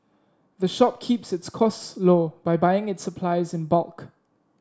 the shop keeps its cost low by buying its supplies in bulk